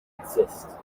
exist